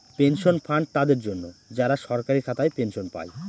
pension fund তাদের জন্য, যারা সরকারি খাতায় পেনশন পায়